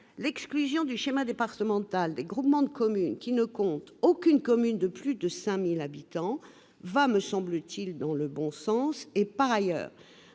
l'exclusion du schéma départemental des groupements de communes qui ne comptent aucune commune de plus de 5 000 habitants va, me semble-t-il, dans le bon sens. Par ailleurs,